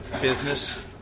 business